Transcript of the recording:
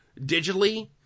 digitally